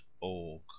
org